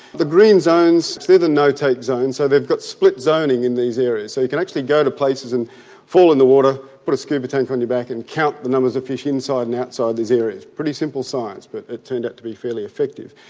the green zones they are the no-take zones, so they've got split zoning in these areas so you can actually go to places and fall in the water, put a scuba tank on your back and count the numbers of fish inside and outside these areas. pretty simple science but it turned out to be fairly effective.